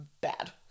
bad